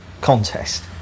contest